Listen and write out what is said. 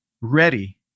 ready